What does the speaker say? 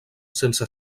sense